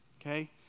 Okay